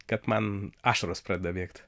kad man ašaros pradeda bėgt